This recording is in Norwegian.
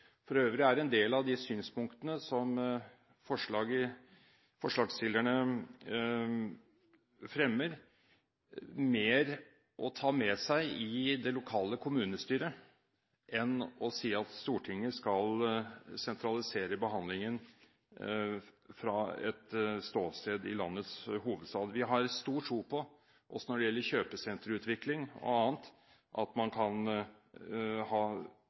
For øvrig er en del av de synspunktene som forslagsstillerne fremmer, mer å ta med seg i det lokale kommunestyret enn å si at Stortinget skal sentralisere behandlingen fra et ståsted i landets hovedstad. Vi har stor tro på, også når det gjelder kjøpesenterutvikling og annet, at man kan ha